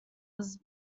was